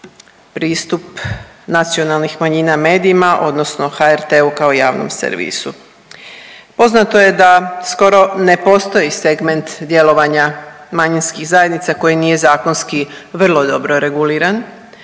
pristup nacionalnih manjina medijima odnosno HRT-u kao javnom servisu. Poznato je da skoro ne postoji segment djelovanja manjinskih zajednica koje nije zakonski vrlo dobro reguliran,